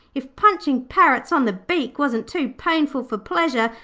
if punching parrots on the beak wasn't too painful for pleasure,